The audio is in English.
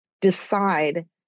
decide